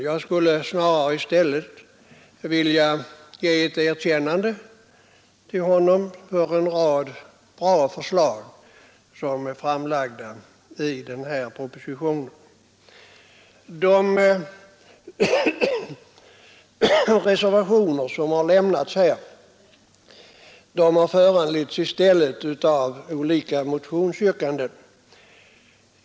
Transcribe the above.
Jag skulle snarare vilja ge honom ett erkännande för en rad bra förslag i denna proposition. De reservationer som avgivits har i stället föranletts av olika motionsyrkanden.